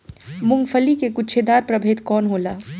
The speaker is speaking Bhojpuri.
मूँगफली के गुछेदार प्रभेद कौन होला?